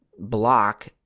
block